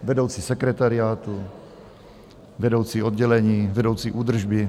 Vedoucí sekretariátu, vedoucí oddělení, vedoucí údržby...